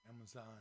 Amazon